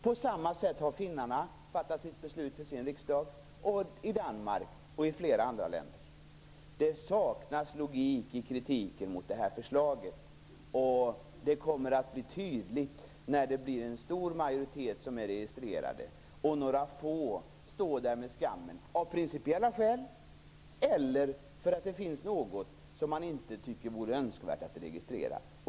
På samma sätt har finnarna fattat beslut för sin riksdag, liksom man gjort i Danmark och flera andra länder. Det saknas logik i kritiken mot förslaget. Det kommer att bli tydligt när en stor majoritet är registrerad och några få står där med skammen - av principiella skäl eller för att det finns något man inte finner det önskvärt att registrera.